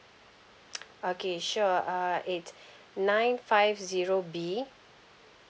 okay sure uh it's nine five zero B